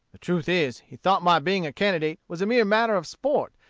the truth is, he thought my being a candidate was a mere matter of sport,